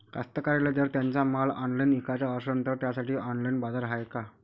कास्तकाराइले जर त्यांचा माल ऑनलाइन इकाचा असन तर त्यासाठी ऑनलाइन बाजार हाय का?